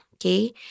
Okay